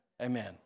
Amen